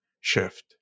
shift